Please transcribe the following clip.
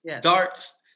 Darts